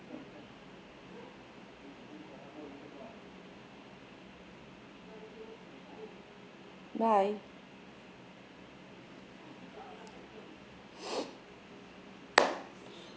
bye